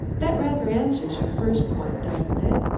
that rather answers your first point, doesn't it?